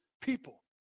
people